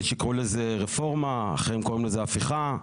יש שיקראו לזה רפורמה, אחרים קוראים לזה הפיכה.